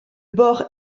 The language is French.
bord